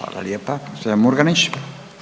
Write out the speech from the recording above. Hvala./... … i